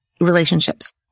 relationships